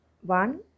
One